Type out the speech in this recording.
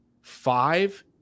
five